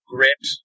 Grit